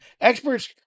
Experts